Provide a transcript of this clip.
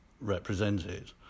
represented